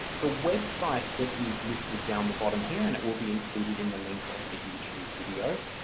the website that is listed down the bottom here, and it will be included in the link of the youtube video,